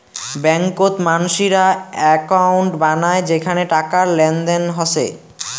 ব্যাংকত মানসিরা একউন্ট বানায় যেখানে টাকার লেনদেন হসে